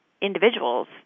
individuals